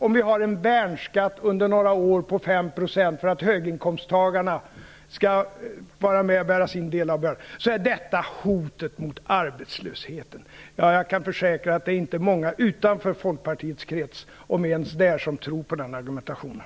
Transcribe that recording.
Om vi har en värnskatt på 5 % under några år för att höginkomsttagarna skall vara med och bära sin del av bördan, är detta ett hot mot arbetslösheten. Jag kan försäkra att det inte är många utanför Folkpartiets krets - om ens inom den - som tror på den argumentationen.